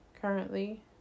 currently